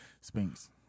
Spinks